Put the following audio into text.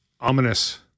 Ominous